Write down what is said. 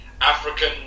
African